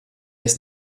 ist